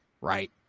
right